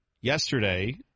yesterday